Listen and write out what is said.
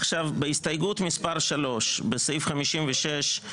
עכשיו, בהסתייגות מספר 3, בסעיף 56(1)(א)(1),